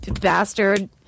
bastard